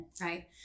Right